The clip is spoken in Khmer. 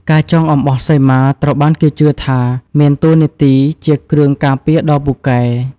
ការចងអំបោះសីមាត្រូវបានគេជឿថាមានតួនាទីជាគ្រឿងការពារដ៏ពូកែ។